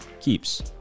Keeps